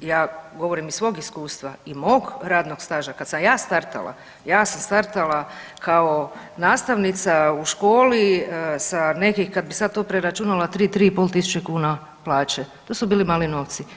ja govorim iz svog iskustva i mog radnog staža kad sam ja startala, ja sam startala kao nastavnica u školi sa nekih kad bi sad to preračunala 3, 3 i pol tisuće kuna plaće, to su bili mali novci.